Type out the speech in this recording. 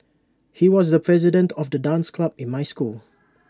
he was the president of the dance club in my school